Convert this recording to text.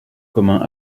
commun